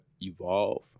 evolve